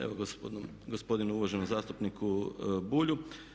Evo gospodinu uvaženom zastupniku Bulju.